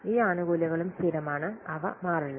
ഈ ആനുകൂല്യങ്ങളും സ്ഥിരമാണ് അവ മാറില്ല